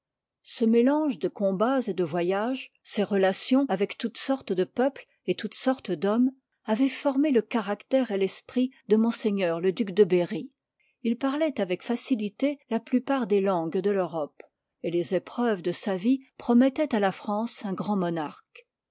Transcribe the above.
ce mélange de combats et de voyages ces relations avec toutes sortes de peuples et toutes sortes d'hommes avoient formé le caractère et l'esprit de m le duc d berry il parloit avec facilité la plupart des langues de l'europe et les épreuves de sa vie promettoient à la france un grand monarque